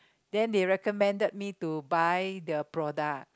then the recommended me to buy their product